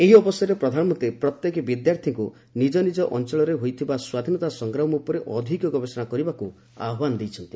ଏହି ଅବସରରେ ପ୍ରଧାନମନ୍ତ୍ରୀ ପ୍ରତ୍ୟେକ ଶିକ୍ଷାର୍ଥୀଙ୍କୁ ନିଜ ନିଜ ଅଞ୍ଚଳରେ ହୋଇଥିବା ସ୍ୱାଧୀନତା ସଂଗ୍ରାମ ଉପରେ ଅଧିକ ଗବେଷଣା କରିବାକୁ ଆହ୍ୱାନ ଦେଇଛନ୍ତି